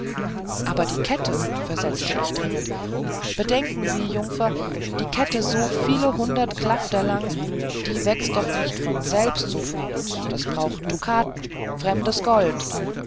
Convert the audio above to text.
aber die kette versetzte ich dringend bedenke sie jungfer die kette so viele hundert klafter lang die wächst doch nicht von selbst so fort das braucht dukaten fremdes gold